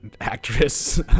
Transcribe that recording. actress